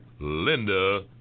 Linda